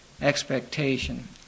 expectation